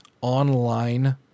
online